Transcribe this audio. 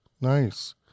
Nice